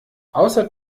außer